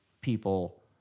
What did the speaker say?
people